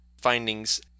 findings